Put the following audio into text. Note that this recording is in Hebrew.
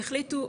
שהחליטו,